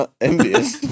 Envious